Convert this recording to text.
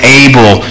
able